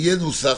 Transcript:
יהיה נוסח,